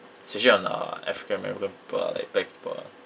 especially on uh african american people ah like black people ah